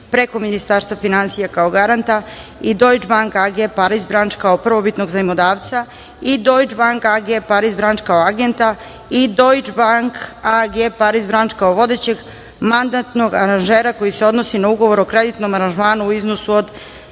preko Ministarstva finansija kao Garanta i Deutsche bank AG, Paris Branch kao Prvobitnog zajmodavca i Deutsche bank AG, Paris Branch kao Agenta i Deutsche bank AG, Paris Branch kao Vodećeg mandatnog aranžera koja se odnosi na Ugovor o kreditnom aranžmanu u iznosu od